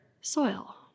soil